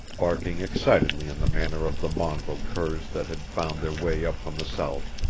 barking excitedly in the manner of the mongrel curs that had found their way up from the south.